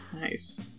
Nice